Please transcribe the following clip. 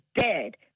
dead